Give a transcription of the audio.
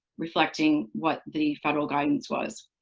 reflecting what the federal guidance was.